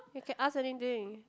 you can ask anything